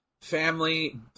family